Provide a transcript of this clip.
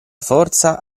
forza